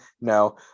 No